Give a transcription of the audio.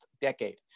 decade